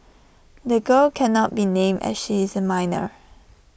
the girl cannot be named as she is A minor